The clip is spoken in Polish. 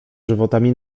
żywotami